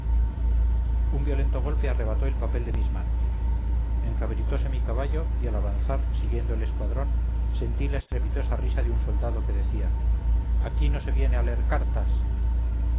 un violento golpe arrebató el papel de mis manos encabritose mi caballo y al avanzar siguiendo el escuadrón sentí la estrepitosa risa de un soldado quedecía aquí no se viene a leer cartas